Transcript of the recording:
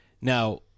Now